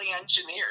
engineered